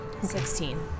Sixteen